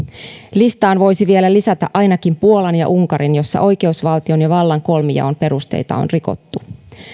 listaan voisi vielä lisätä ainakin puolan ja unkarin joissa oikeusvaltion ja vallan kolmijaon perusteita on rikottu